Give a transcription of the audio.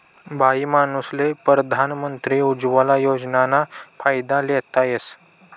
बाईमानूसले परधान मंत्री उज्वला योजनाना फायदा लेता येस